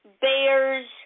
bears